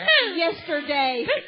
yesterday